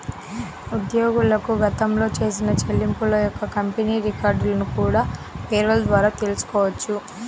ఉద్యోగులకు గతంలో చేసిన చెల్లింపుల యొక్క కంపెనీ రికార్డులను కూడా పేరోల్ ద్వారా తెల్సుకోవచ్చు